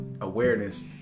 awareness